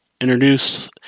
introduce